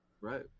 Right